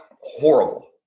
horrible